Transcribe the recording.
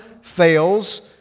fails